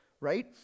right